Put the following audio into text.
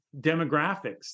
demographics